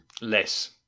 less